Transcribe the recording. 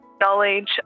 knowledge